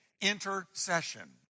intercession